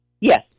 Yes